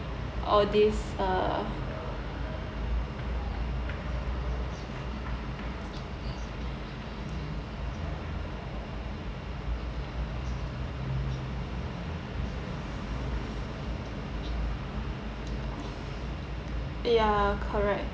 all these uh ya correct